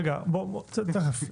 רגע, תכף.